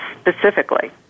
specifically